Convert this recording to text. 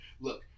look